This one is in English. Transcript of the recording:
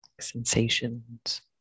Sensations